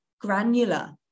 granular